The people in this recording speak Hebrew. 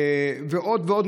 ועוד ועוד,